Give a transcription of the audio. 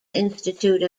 institute